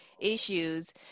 issues